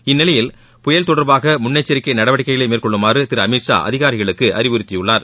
இந்நிலையில் புயல் தொடர்பாக முன்னெச்சரிக்கை நடவடிக்கைகளை மேற்கொள்ளுமாறு திரு அமித் ஷா அதிகாரிகளுக்கு அறிவுறுத்தியுள்ளார்